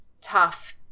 tough